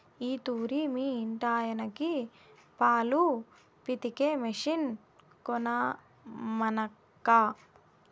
ఈ తూరి మీ ఇంటాయనకి పాలు పితికే మిషన్ కొనమనక్కా